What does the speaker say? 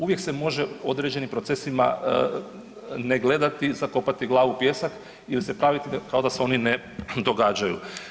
Uvijek se može određenim procesima ne gledati, zakopati glavu u pijesak ili se praviti kao da se oni ne događaju.